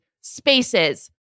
Spaces